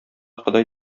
ходай